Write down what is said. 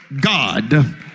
God